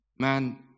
man